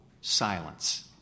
silence